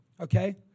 Okay